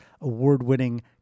award-winning